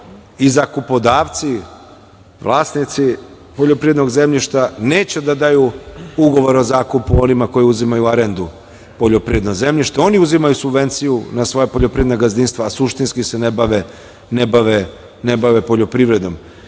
i zakupodavci, vlasnici poljoprivrednog zemljišta neće da daju ugovor o zakupu onima koji uzimaju arendu poljoprivrednog zemljišta, oni uzimaju subvenciju na svoja poljoprivredna gazdinstva, a oni suštinski se ne bave poljoprivredom.